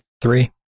Three